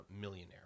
millionaire